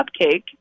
cupcake